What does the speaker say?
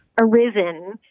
arisen